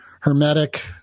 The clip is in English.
hermetic